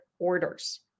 orders